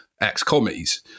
ex-commies